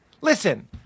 listen